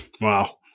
Wow